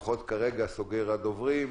לפחות כרגע אני סוגר את רשימת הדוברים,